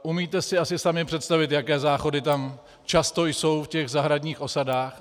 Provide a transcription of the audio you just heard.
Umíte si asi sami představit, jaké záchody tam často jsou v těch zahradních osadách.